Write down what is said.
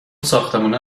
ساختمونه